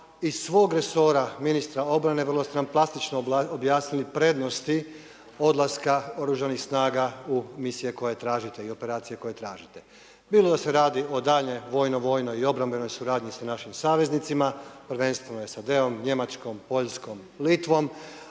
iz svog resora ministra obrane vrlo ste nam plastično objasnili prednosti odlaska Oružanih snaga u misije koje tražite i operacije koje tražite. Bilo da se radi o daljnjoj vojno, vojnoj i obrambenoj suradnji sa našim saveznicima, prvenstveno SAD-om, Njemačkom, Poljskom, Litvom,